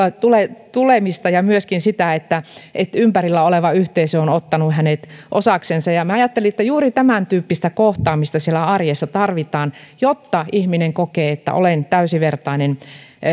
tulemista tulemista ja myöskin sitä että että ympärillä oleva yhteisö on on ottanut hänet osaksensa minä ajattelin että juuri tämäntyyppistä kohtaamista siellä arjessa tarvitaan jotta ihminen kokee että on täysivertainen